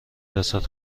رسد